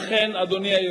אדוני.